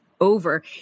over